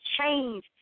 change